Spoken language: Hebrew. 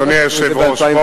אדוני היושב-ראש,